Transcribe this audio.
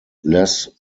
less